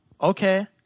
okay